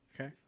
Okay